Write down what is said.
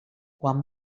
quan